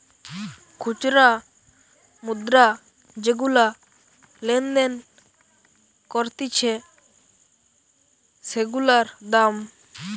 খুচরা মুদ্রা যেগুলা লেনদেন করতিছে সেগুলার দাম